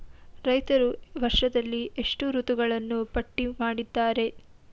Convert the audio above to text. ರೈತರು ವರ್ಷದಲ್ಲಿ ಎಷ್ಟು ಋತುಗಳನ್ನು ಪಟ್ಟಿ ಮಾಡಿದ್ದಾರೆ?